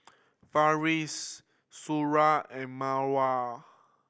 Farish Suria and Mawar